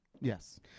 Yes